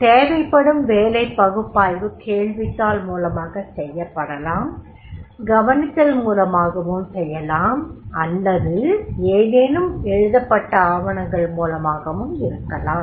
தேவைப்படும் வேலை பகுப்பாய்வு கேள்வித்தாள் மூலமாக செய்யப்படலாம் கவனித்தல் மூலமாகவும் செய்யலாம் அல்லது ஏதேனும் எழுதப்பட்ட ஆவணங்கள் மூலமாகவும் இருக்கலாம்